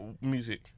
music